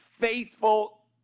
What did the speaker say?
Faithful